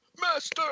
Master